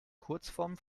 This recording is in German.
kurzform